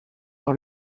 par